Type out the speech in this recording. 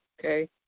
okay